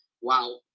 wow